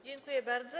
Dziękuję bardzo.